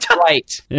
Right